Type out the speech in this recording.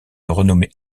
renommée